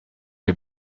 que